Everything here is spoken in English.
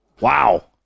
Wow